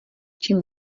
čím